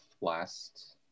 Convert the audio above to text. last